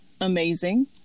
amazing